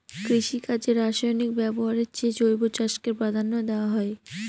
কৃষিকাজে রাসায়নিক ব্যবহারের চেয়ে জৈব চাষকে প্রাধান্য দেওয়া হয়